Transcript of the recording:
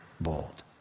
bold